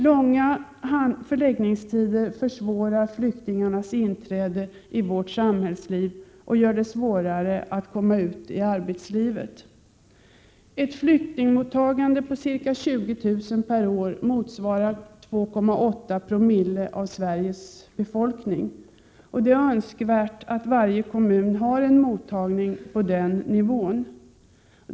Långa förläggningstider försvårar flyktingarnas inträde i vårt samhällsliv och gör det svårare för dem att komma ut i arbetslivet. Ett flyktingmottagande på ca 20 000 per år motsvarar 2,8 bo av Sveriges befolkning. Det är önskvärt att varje kommun har en mottagning på den nivån.